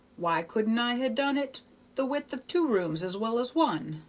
why couldn't i ha done it the width of two rooms as well as one,